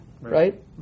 right